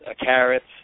carrots